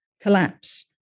collapse